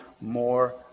more